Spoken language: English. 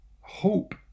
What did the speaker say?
Hope